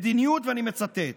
ואני מצטט: